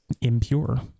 impure